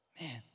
Man